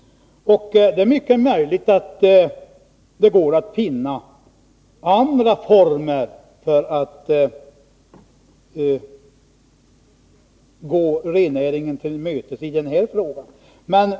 Det är mycket möjligt att man kan finna andra former för att gå rennäringen till mötes i den här frågan.